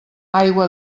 aigua